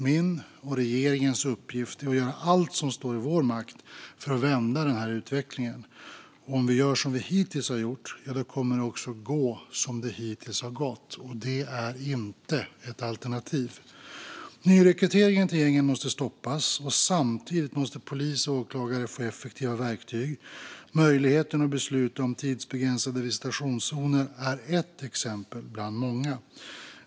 Min och regeringens uppgift är att göra allt som står i vår makt för att vända utvecklingen. Om vi gör som man hittills har gjort kommer det också att gå som det hittills har gått, och det är inte ett alternativ. Nyrekryteringen till gängen måste stoppas, och samtidigt måste polis och åklagare få effektiva verktyg. Möjligheten att besluta om tidsbegränsade visitationszoner är ett exempel bland många.